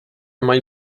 mají